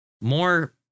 more